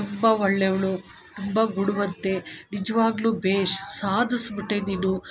ತುಂಬ ಒಳ್ಳೆವ್ಳು ತುಂಬ ಗುಣವಂತೆ ನಿಜವಾಗ್ಲೂ ಭೇಷ್ ಸಾಧಿಸ್ಬಿಟ್ಟೆ ನೀನು